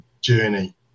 journey